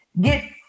get